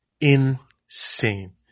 Insane